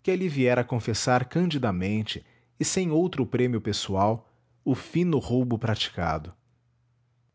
que ali viera confessar candidamente e sem outro prêmio pessoal o fino roubo praticado